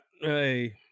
hey